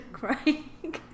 crying